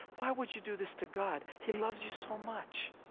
why would you do this to god? he loves you so much.